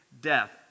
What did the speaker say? death